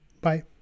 Bye